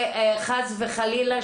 וחס וחלילה,